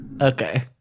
Okay